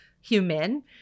human